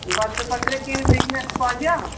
ଗଛପତ୍ରରେ କେମିତି ବିଜନେସ୍ କରିବ